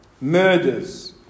murders